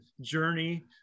journey